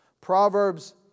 Proverbs